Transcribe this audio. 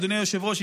אדוני היושב-ראש,